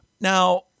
Now